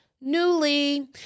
Newly